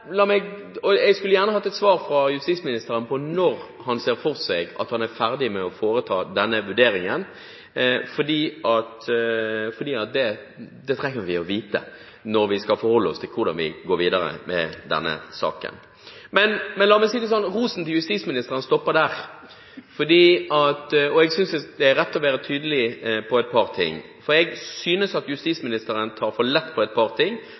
Jeg skulle gjerne hatt et svar fra justisministeren på når han ser for seg at han er ferdig med å foreta denne vurderingen, for det trenger vi å vite når vi skal forholde oss til hvordan vi går videre med denne saken. Men la meg si det sånn: Rosen til justisministeren stopper der, og jeg synes det er rett å være tydelig på et par ting: Jeg synes justisministeren tar for lett på et par ting,